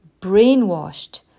brainwashed